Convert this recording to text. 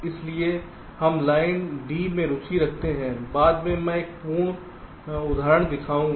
इसलिए हम line D में रुचि रखते हैं बाद में मैं एक पूर्ण उदाहरण दिखाऊंगा